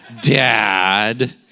Dad